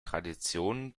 traditionen